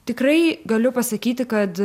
tikrai galiu pasakyti kad